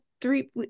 three